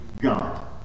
God